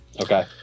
okay